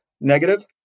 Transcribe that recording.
negative